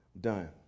done